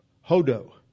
hodo